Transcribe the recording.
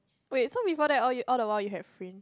wait so before that all you~ all the while you have fringe